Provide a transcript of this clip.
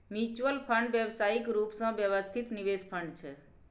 mutual fund व्यावसायिक रूप सँ व्यवस्थित निवेश फंड छै